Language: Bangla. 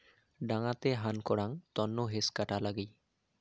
ডাঙাতে হান করাং তন্ন হেজ কাটা লাগি